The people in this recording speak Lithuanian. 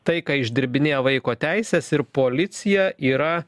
tai ką išdirbinėja vaiko teisės ir policija yra